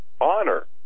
honor